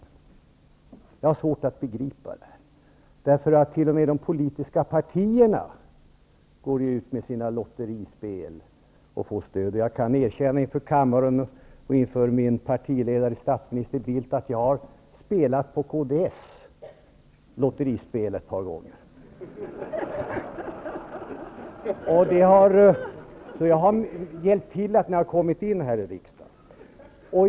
Detta har jag svårt att begripa, eftersom t.o.m. de politiska partierna ju stöds genom lotterispel. Jag kan erkänna inför kammaren och inför min partiledare statsminister Bildt att jag har spelat på kds lotterispel ett par gånger. Jag har alltså bidragit till att kds har kommit in här i riksdagen.